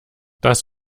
das